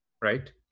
Right